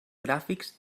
gràfics